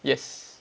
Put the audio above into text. yes